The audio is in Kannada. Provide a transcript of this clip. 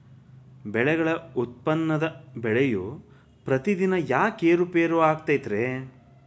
ಬೆಳೆಗಳ ಉತ್ಪನ್ನದ ಬೆಲೆಯು ಪ್ರತಿದಿನ ಯಾಕ ಏರು ಪೇರು ಆಗುತ್ತೈತರೇ?